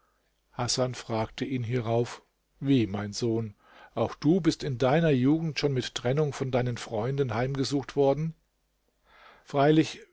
hasan fragte ihn hierauf wie mein sohn auch du bist in deiner jugend schon mit trennung von deinen freunden heimgesucht worden freilich